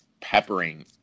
peppering